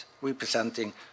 representing